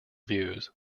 views